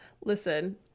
Listen